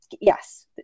yes